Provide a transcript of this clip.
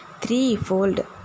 threefold